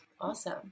Awesome